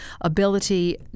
ability